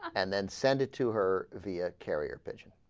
and then send it to her via carrier pigeon